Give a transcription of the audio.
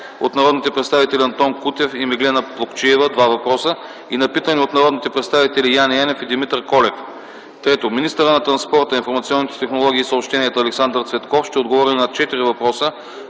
от народните представители Антон Кутев и Меглена Плугчиева - два въпроса, и на питане от народните представители Яне Янев и Димитър Колев. Трето, министърът на транспорта, информационните технологии и съобщенията Александър Цветков ще отговори на четири въпроса